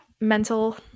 mental